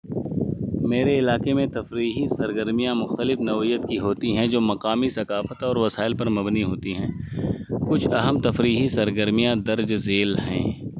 میرے علاقے میں تفریحی سرگرمیاں مختلف نوعیت کی ہوتی ہیں جو مقامی ثقافت اور وسائل پر مبنی ہوتی ہیں کچھ اہم تفریحی سرگرمیاں درج ذیل ہیں